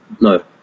No